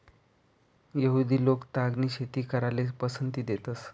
यहुदि लोक तागनी शेती कराले पसंती देतंस